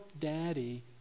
daddy